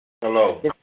Hello